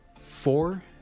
four